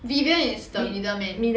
vivian is the middle man